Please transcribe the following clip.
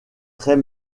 très